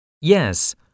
Yes